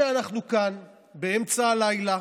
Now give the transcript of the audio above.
לומר: מתנצלים, כמו שקרה בפעמים אחרות,